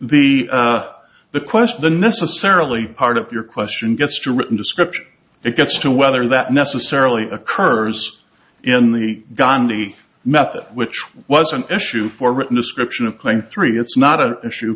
the be the question the necessarily part of your question gets to written description it gets to whether that necessarily occurs in the gandhi method which was an issue for written description of playing three it's not an issue